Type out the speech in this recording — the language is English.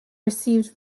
received